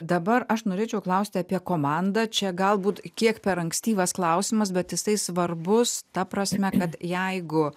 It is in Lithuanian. dabar aš norėčiau klausti apie komandą čia galbūt kiek per ankstyvas klausimas bet jisai svarbus ta prasme kad jeigu